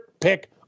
pick